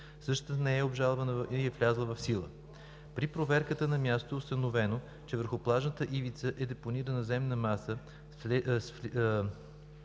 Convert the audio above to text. Същата не е обжалвана и е влязла в сила. При проверката на място е установено, че върху плажната ивица е депонирана земна маса